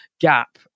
gap